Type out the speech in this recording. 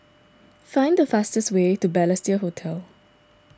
find the fastest way to Balestier Hotel